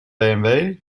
bmw